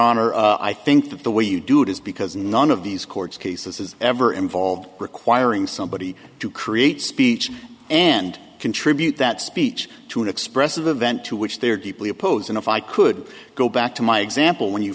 honor i think that the way you do it is because none of these court cases is ever involved requiring somebody to create speech and contribute that speech to an expressive event to which they are deeply opposed and if i could go back to my example when you